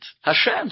Hashem